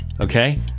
Okay